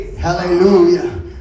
Hallelujah